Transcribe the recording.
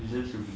is just stupid